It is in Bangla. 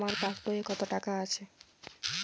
আমার পাসবই এ কত টাকা আছে?